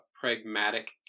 pragmatic